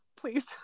please